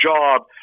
job